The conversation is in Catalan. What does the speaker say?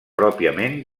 pròpiament